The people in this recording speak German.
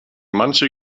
manche